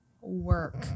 work